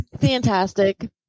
fantastic